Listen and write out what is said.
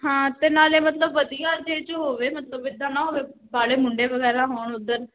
ਹਾਂ ਅਤੇ ਨਾਲੇ ਮਤਲਬ ਵਧੀਆ ਜਿਹੇ 'ਚ ਹੋਵੇ ਮਤਲਬ ਇੱਦਾਂ ਨਾ ਹੋਵੇ ਵਾਹਲੇ ਮੁੰਡੇ ਵਗੈਰਾ ਹੋਣ ਉੱਧਰ